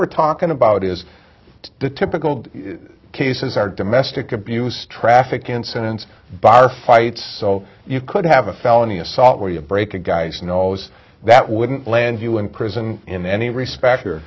we're talking about is the typical cases are domestic abuse traffic incidents bar fights so you could have a felony assault where you break a guy's nose that wouldn't land you in prison in any respect